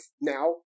now